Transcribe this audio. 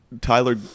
Tyler